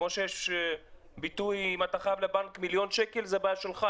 כמו שיש ביטוי שאם אתה חייב לבנק מיליון שקל זה בעיה שלך,